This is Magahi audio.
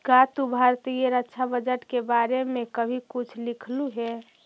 का तू भारतीय रक्षा बजट के बारे में कभी कुछ लिखलु हे